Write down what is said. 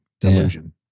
Delusion